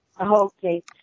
Okay